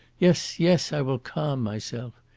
yes, yes, i will calm myself.